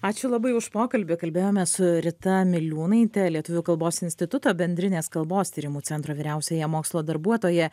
ačiū labai už pokalbį kalbėjomės su rita miliūnaite lietuvių kalbos instituto bendrinės kalbos tyrimų centro vyriausiąja mokslo darbuotoja